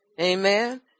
Amen